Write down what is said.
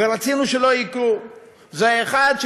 שלא יקרו זה האחד,